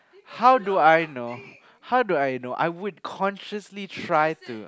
how do I know how do I know I would consciously try to